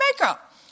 makeup